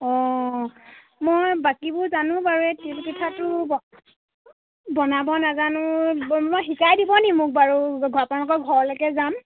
অঁ মই বাকীবোৰ জানো বাৰু এই তিলপিঠাটো বনাব নাজানো মই শিকাই দিবনি মোক বাৰু আপোনালোকৰ ঘৰলৈকে যাম